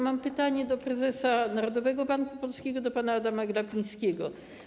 Mam pytanie do prezesa Narodowego Banku Polskiego pana Adama Glapińskiego.